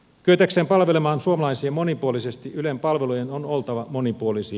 kyetäkseen palvelemaan suomalaisia monipuolisesti ylen palvelujen on oltava monipuolisia